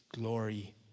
glory